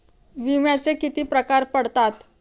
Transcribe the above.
विम्याचे किती प्रकार पडतात?